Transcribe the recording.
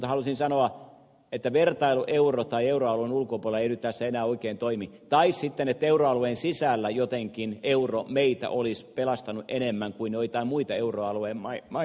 halusin sanoa että vertailu euroalueen sisällä tai euroalueen ulkopuolella ei nyt tässä enää oikein toimi tai sekään että euroalueen sisällä jotenkin euro meitä olisi pelastanut enemmän kuin joitain muita euroalueen maita